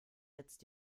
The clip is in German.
jetzt